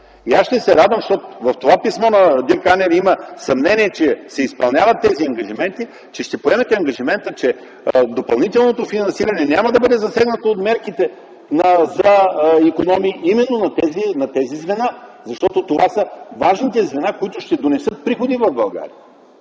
Аз ще се радвам, защото в това писмо на Дирк Анер има съмнение, че се изпълняват тези ангажименти, че ще поемете ангажимента, че допълнителното финансиране няма да бъде засегнато от мерките за икономии именно на тези звена, защото това са важните звена, които ще донесат приходи в България